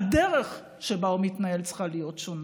הדרך שבה הוא מתנהל צריכה להיות שונה.